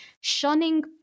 shunning